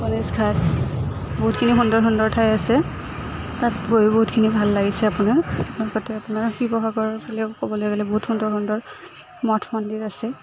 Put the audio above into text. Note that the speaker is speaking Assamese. কলেজ ঘাট বহুতখিনি সুন্দৰ সুন্দৰ ঠাই আছে তাত গৈ বহুতখিনি ভাল লাগিছে আপোনাৰ লগতে আপোনাৰ শিৱসাগৰ ফালেও ক'বলৈ গ'লে বহুত সুন্দৰ সুন্দৰ মঠ মন্দিৰ আছে